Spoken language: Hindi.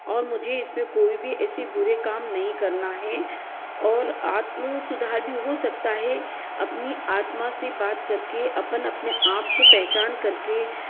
और इसमें मुझे कोई भी ऐसे बुरे काम नहीं करना है और आत्म सुधार भी हो सकता है